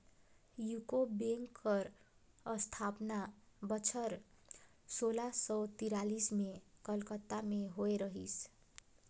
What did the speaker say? UCO bank कर असथापना बछर सोला सव तिरालिस में कलकत्ता में होए रहिस